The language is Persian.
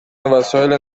وسایل